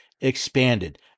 expanded